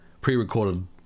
pre-recorded